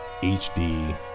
HD